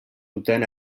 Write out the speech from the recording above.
duten